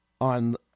on